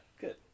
Good